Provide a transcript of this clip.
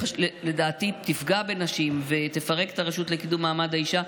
שלדעתי תפגע בנשים ותפרק את הרשות לקידום מעמד האישה,